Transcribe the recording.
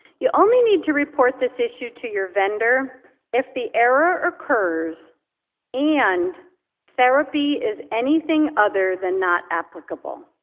you only need to report this issue to your vendor if the error occurs and therapy is anything other than not applicable.